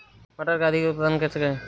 मटर का अधिक उत्पादन कैसे करें?